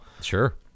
Sure